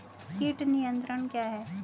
कीट नियंत्रण क्या है?